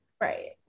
Right